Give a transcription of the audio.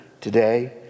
today